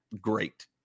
great